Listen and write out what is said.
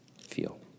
feel